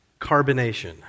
carbonation